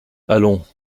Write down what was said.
allons